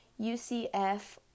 UCF